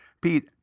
Pete